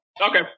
Okay